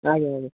ଆଜ୍ଞା ଆଜ୍ଞା